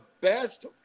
best